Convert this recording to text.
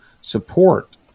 support